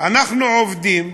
אנחנו עובדים,